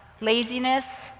laziness